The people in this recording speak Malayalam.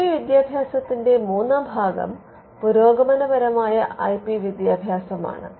ഐ പി വിദ്യാഭ്യാസത്തിന്റെ മൂന്നാം ഭാഗം പുരോഗമനപരമായ ഐ പി വിദ്യാഭ്യാസമാണ്